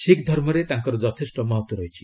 ଶିଖ୍ ଧର୍ମରେ ତାଙ୍କର ଯଥେଷ୍ଟ ମହତ୍ତ୍ୱ ରହିଛି